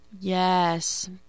Yes